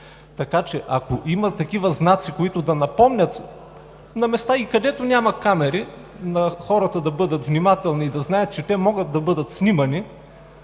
Така че ако има такива знаци, които да напомнят на места, и където няма камери, на хората да бъдат внимателни и да знаят, че те могат да бъдат снимани,